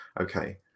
Okay